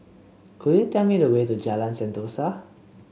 could you tell me the way to Jalan Sentosa